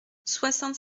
soixante